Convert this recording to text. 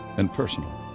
and personal.